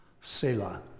Selah